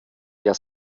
der